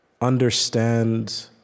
understand